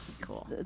cool